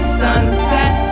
sunset